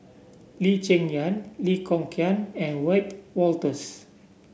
Lee Cheng Yan Lee Kong Chian and Wiebe Wolters